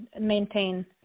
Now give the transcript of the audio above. maintain